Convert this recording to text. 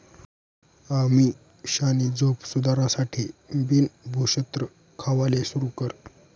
अमीषानी झोप सुधारासाठे बिन भुक्षत्र खावाले सुरू कर